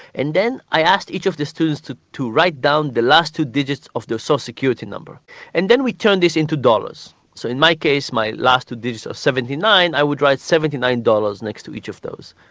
and then i asked each of the students to write down the last two digits of their social so security number and then we turned this into dollars. so in my case my last two digits are seventy nine. i would write seventy nine dollars next to each of those.